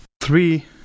three